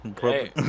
Hey